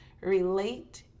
relate